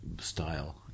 style